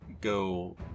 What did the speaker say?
go